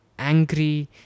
angry